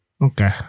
Okay